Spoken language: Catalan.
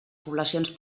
poblacions